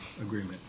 agreement